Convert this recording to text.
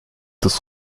des